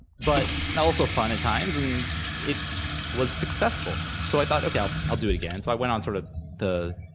but and also fun, at times, and it was successful so i thought, okay. i'll i'll do it again, so i went on sort of the